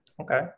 Okay